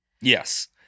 Yes